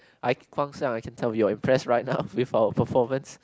I Guang-Xiang I can tell you I'm impress right now with our performance